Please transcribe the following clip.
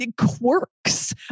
quirks